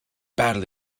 battle